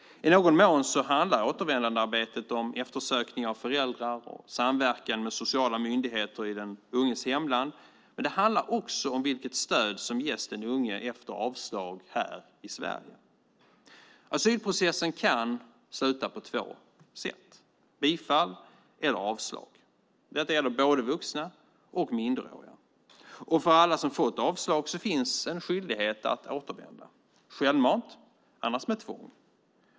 I någon mån handlar återvändandearbetet om eftersökning av föräldrar och samverkan med sociala myndigheter i den unges hemland. Men det handlar också om vilket stöd som ges den unge efter avslag här i Sverige. Asylprocessen kan sluta på två sätt, med bifall eller avslag. Det gäller både vuxna och minderåriga. För alla som fått avslag finns en skyldighet att återvända självmant, annars med tvång.